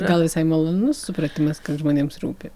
gal visai malonus supratimas kad žmonėms rūpi